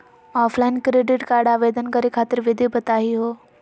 Offline credit card आवेदन करे खातिर विधि बताही हो?